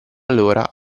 allora